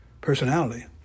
personality